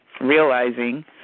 realizing